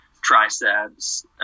triceps